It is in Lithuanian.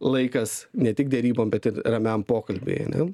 laikas ne tik derybom bet ir ramiam pokalbiui ane